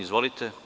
Izvolite.